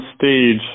stage